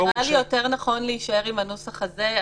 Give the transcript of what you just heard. נראה לי יותר נכון להישאר עם הנוסח הזה.